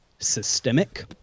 systemic